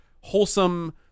wholesome